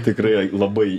tikrai labai